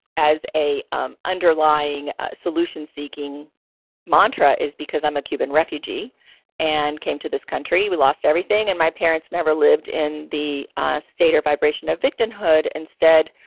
as a um underlying solution seeking mantra is because i'm a cuban refugee and came to this country. we lost everything and my parents never lived in the state or vibration of victimhood. instead,